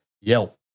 Yelp